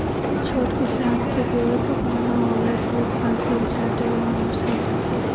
छोट किसान के बेंवत एतना ना होला कि उ फसिल छाँटे वाला मशीन रखे